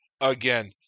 again